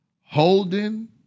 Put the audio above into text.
holding